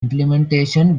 implementation